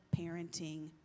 parenting